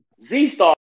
Z-Star